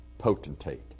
potentate